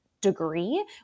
degree